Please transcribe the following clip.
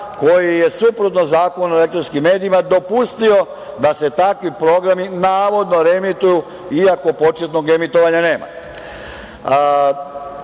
koji je suprotno Zakonu o elektronskim medijima dopustio da se takvi programi navodno reemituju, iako početnog emitovanja